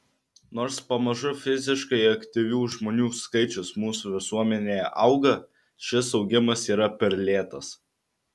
nors pamažu fiziškai aktyvių žmonių skaičius mūsų visuomenėje auga šis augimas yra per lėtas